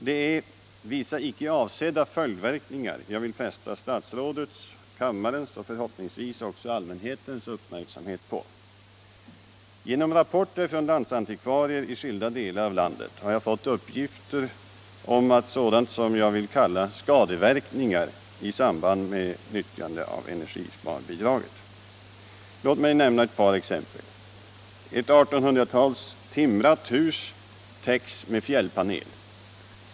Det är vissa icke avsedda följdverkningar jag vill fästa statsrådets, kammarens och förhoppningsvis också allmänhetens uppmärksamhet på. Genom rapporter från landsantikvarier i skilda delar av landet har jag fått uppgifter om sådant som jag vill kalla skadeverkningar i samband med nyttjandet av energisparbidraget. Låt mig nämna ett par exempel: Ett 1800-tals timrat hus täcks med fjällpanel.